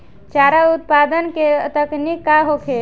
चारा उत्पादन के तकनीक का होखे?